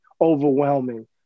overwhelming